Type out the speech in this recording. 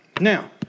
Now